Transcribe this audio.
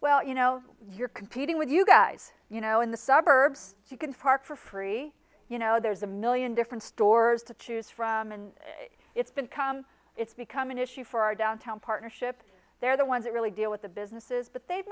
well you know you're competing with you guys you know in the suburbs you can park for free you know there's a million different stores to choose from and it's been calm it's become an issue for our downtown partnership they're the ones that really deal with the businesses but they've